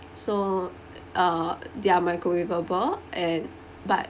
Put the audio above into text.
so uh they are microwaveable and but